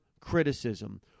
criticism